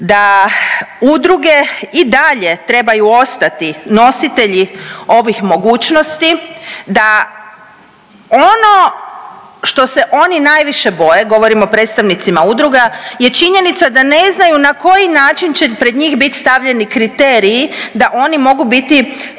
da udruge i dalje trebaju ostati nositelji ovih mogućnosti, da ono što se oni najviše boje, govorim o predstavnicima udruga je činjenica da ne znaju na koji način će pred njih biti stavljeni kriteriji da oni mogu biti